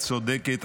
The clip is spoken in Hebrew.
את צודקת,